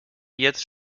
jetzt